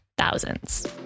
thousands